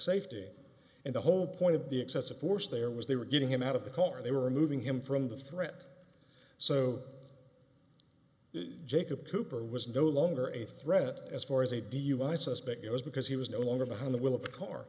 safety and the whole point of the excessive force there was they were getting him out of the car they were removing him from the threat so jacob cooper was no longer a threat as far as a dui suspect it was because he was no longer behind the wheel of a car